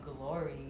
glory